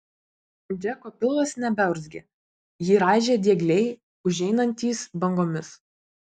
džeko pilvas nebeurzgė jį raižė diegliai užeinantys bangomis